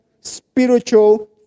spiritual